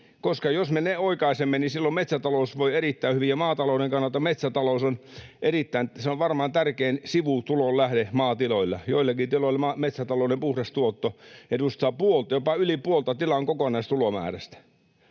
koska jos me ne oikaisemme, niin silloin metsätalous voi erittäin hyvin. Maatalouden kannalta metsätalous on erittäin tärkeä, varmaan tärkein sivutulolähde maatiloilla. Joillekin tiloille metsätalouden puhdas tuotto edustaa puolta, jopa yli puolta tilan kokonaistulomäärästä.